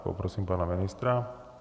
Poprosím pana ministra.